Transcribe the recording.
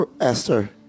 Esther